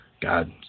God